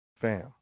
fam